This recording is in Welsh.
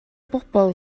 bobl